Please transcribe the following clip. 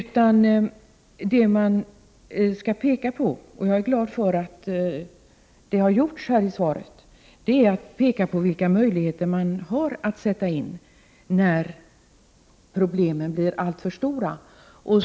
I stället skall man peka på vilka möjligheter som finns när problemen blir alltför stora och jag är glad över att Göran Persson gjorde det i svaret.